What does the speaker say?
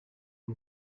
ari